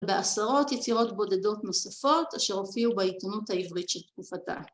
‫בעשרות יצירות בודדות נוספות ‫אשר הופיעו בעיתונות העברית של תקופתה.